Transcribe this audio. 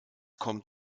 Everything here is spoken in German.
kommt